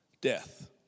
death